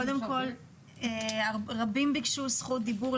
קודם כל רבים ביקשו זכות דיבור.